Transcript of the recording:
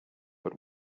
but